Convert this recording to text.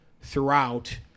throughout